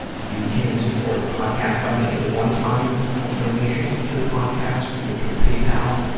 you can support the podcast by making a one-time donation to the podcast, either through paypal.